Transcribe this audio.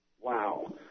Wow